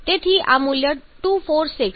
તેથી આ મૂલ્ય 2 4 6